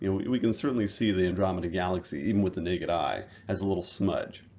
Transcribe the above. you know we can certainly see the andromeda galaxy even with the naked eye as a little smudge.